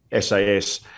SAS